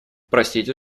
простите